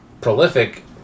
prolific